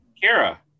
Kara